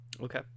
okay